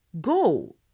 Go